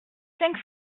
cinq